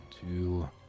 two